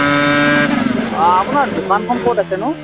অ' আপোনাৰ দোকানখন ক'ত আছেনো